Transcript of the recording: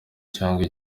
cyangwa